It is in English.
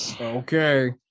Okay